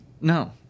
No